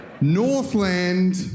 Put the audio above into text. Northland